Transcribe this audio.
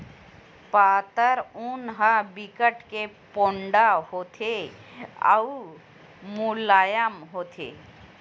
पातर ऊन ह बिकट के पोठ होथे अउ मुलायम होथे